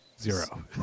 zero